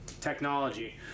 Technology